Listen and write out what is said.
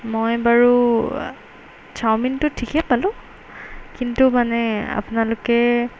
মই বাৰু চাওমিনটো ঠিকেই পালোঁ কিন্তু মানে আপোনালোকে